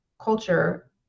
culture